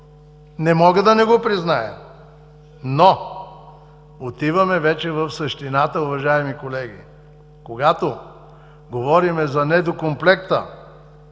не мога да не го призная! Отиваме обаче вече в същината, уважаеми колеги, когато говорим за недокомплекта